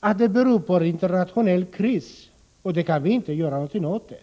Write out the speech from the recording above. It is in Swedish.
att utvecklingen beror på en internationell kris och att vi inte kan göra någonting åt den?